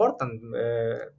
important